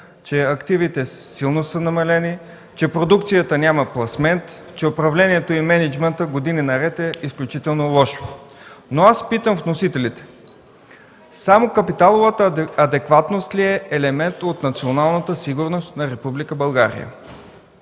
че активите силно са намалени, че продукцията няма пласмент, че управлението и мениджмънтът години наред е изключително лошо. Но аз питам вносителите: само капиталовата адекватност ли е елемент от националната сигурност на